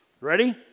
Ready